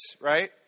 right